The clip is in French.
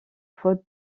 faute